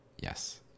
Yes